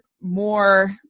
more